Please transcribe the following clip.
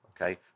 okay